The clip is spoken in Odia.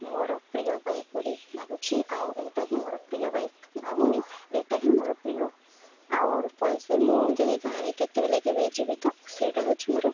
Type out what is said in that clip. ମୋର ପ୍ରିୟ ବାଇକ୍ ବୋଲି ଭାବୁଛି ଆଉ ଏଇଟା ହିଁ ମୋର ପ୍ରିୟ ବାଇକ୍ ଭାବୁନି ଏଇଟା ହିଁ ମୋର ପ୍ରିୟ ଆଉ ପଲ୍ସର୍ ମୁଁ ଯଦି ଗାଁରେ କେତେବେଲେ କେବେ ଯିବି ତ ସେଇଟା ହେଉଛି ମୋର